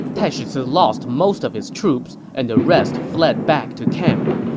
taishi ci lost most of his troops, and the rest fled back to camp.